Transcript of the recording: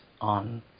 on